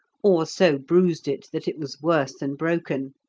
or so bruised it that it was worse than broken.